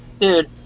dude